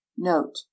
Note